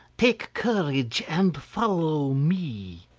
take courage and follow me.